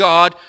God